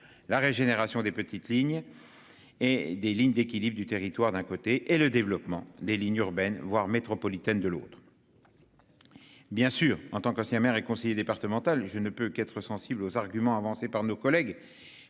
la régénération des petites lignes. Et des lignes d'équilibre du territoire, d'un côté et le développement des lignes urbaines voire métropolitaine de l'autre. Bien sûr, en tant qu'ancien maire et conseiller départemental. Je ne peux qu'être sensible aux arguments avancés par nos collègues